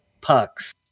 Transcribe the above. pucks